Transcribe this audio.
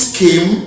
came